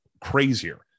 crazier